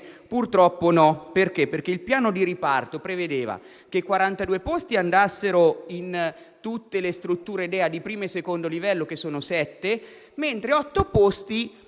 tutto bene, perché il piano di riparto prevedeva che 42 posti andassero in tutte le strutture DEA di primo e secondo livello, che sono sette, e i